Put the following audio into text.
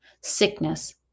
sickness